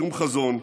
שום חזון,